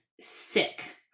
sick